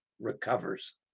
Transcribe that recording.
recovers